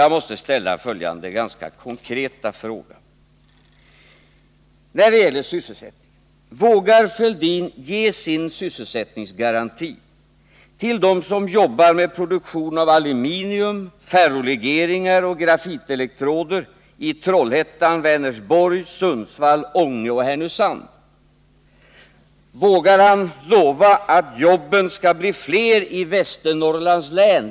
Jag måste ställa följande ganska konkreta fråga när det gäller sysselsättningen: Vågar Thorbjörn Fälldin ge sin sysselsättningsgaranti till dem som jobbar med produktion av aluminium, ferrolegeringar och grafitelektroder i Trollhättan, Vänersborg, Sundsvall, Ånge och Härnösand? Vågar han lova att jobben skall bli fler i Västernorrlands län?